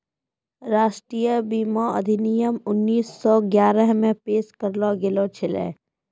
राष्ट्रीय बीमा अधिनियम उन्नीस सौ ग्यारहे मे पेश करलो गेलो छलै